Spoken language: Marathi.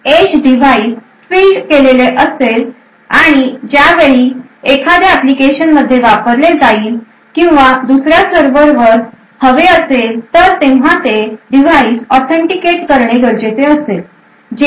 तर जेव्हा एज डिव्हाइस फील्ड केलेले असेल आणि जेव्हा एखाद्या वेळी एखाद्या एप्लीकेशन मध्ये वापरले जाईल किंवा दुसऱ्या सर्व्हर वर हवे असेल तर तेव्हा हे डिव्हाइस ऑथेंटिकेट करणे गरजेचे असेल